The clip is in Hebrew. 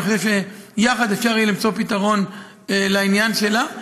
אני חושב שיחד אפשר יהיה למצוא פתרון לעניין שלה.